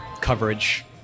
coverage